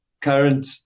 current